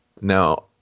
Now